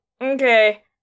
Okay